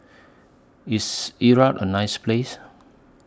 IS Iraq A nice Place